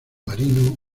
marino